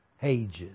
pages